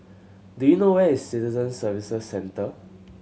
do you know where is Citizen Services Centre